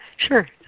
Sure